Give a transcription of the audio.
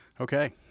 okay